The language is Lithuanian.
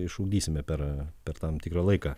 išugdysime per per tam tikrą laiką